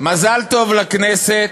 מזל טוב לכנסת.